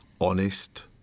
honest